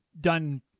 done